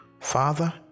Father